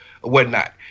whatnot